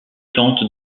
tentent